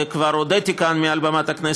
וכבר הודיתי מעל במת הכנסת,